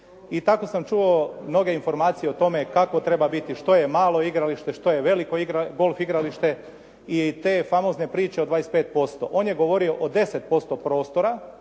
i tako sam čuo mnoge informacije kako treba biti, što je malo igralište, što je veliko golf igralište i te famozne priče o 25%. On je govorio o 10% prostora